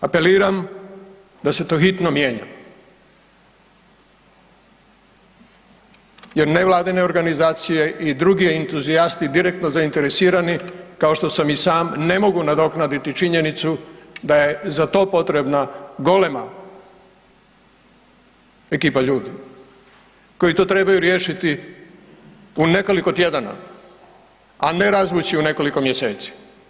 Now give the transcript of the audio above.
Apeliram da se to hitno mijenja jer nevladine organizacije i drugi entuzijasti direktno zainteresirani kao što sam i sam ne mogu nadoknaditi činjenicu da je za to potrebna golema ekipa ljudi koji to trebaju riješiti u nekoliko tjedana, a ne razvući u nekoliko mjeseci.